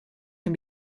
can